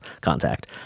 contact